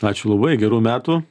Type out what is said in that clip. ačiū labai gerų metų